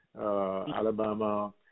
Alabama